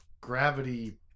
gravity